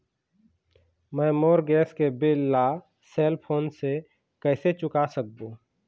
मैं मोर गैस के बिल ला सेल फोन से कइसे चुका सकबो?